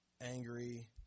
angry